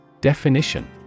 Definition